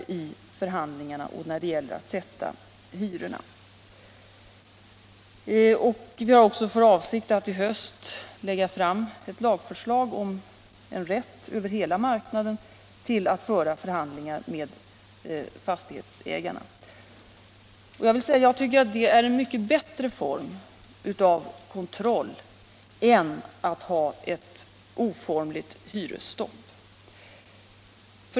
Vi har för avsikt att i höst lägga fram ett lagförslag om rätt att över hela marknaden föra förhandlingar med fastighetsägarna. Jag tycker att detta är en bättre form av kontroll än att ha ett oformligt hyresstopp.